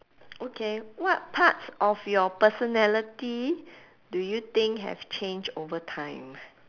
okay what parts of your personality do you think have changed over time